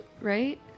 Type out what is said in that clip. right